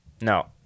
no